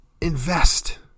Invest